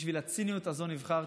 בשביל הציניות הזאת להיבחר?